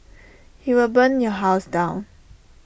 he will burn your house down